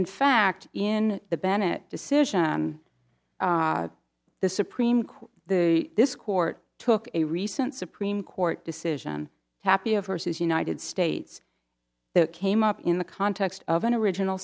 in fact in the bennett decision the supreme court this court took a recent supreme court decision happy of hearses united states that came up in the context of an original